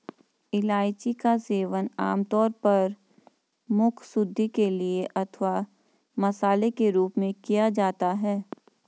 इलायची का सेवन आमतौर पर मुखशुद्धि के लिए अथवा मसाले के रूप में किया जाता है